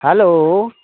hello